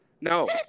no